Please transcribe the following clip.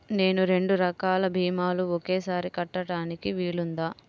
నేను రెండు రకాల భీమాలు ఒకేసారి కట్టడానికి వీలుందా?